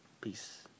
Peace